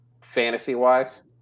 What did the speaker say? fantasy-wise